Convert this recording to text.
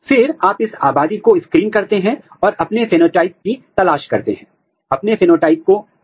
फिर से जांच करने की विधि इस बात पर निर्भर करेगी कि आपने किस तरह के एंटीबॉडी का उपयोग किया है